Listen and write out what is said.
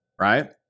right